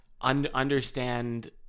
understand